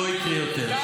לא יקרה יותר.